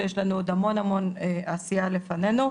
שיש לנו עוד המון המון עשייה לפנינו.